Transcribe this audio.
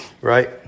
right